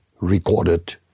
recorded